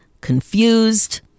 confused